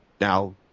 Now